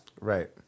Right